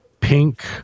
pink